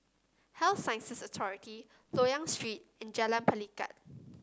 Health Sciences Authority Loyang Street and Jalan Pelikat